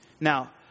Now